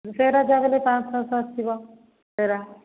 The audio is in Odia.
ସେରା ଯାହାହେଲେ ବି ପାଞ୍ଚ ଛଅଶହ ଆସିବ ସେରା